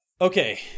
Okay